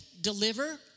deliver